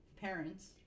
parents